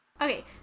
Okay